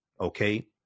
okay